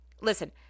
Listen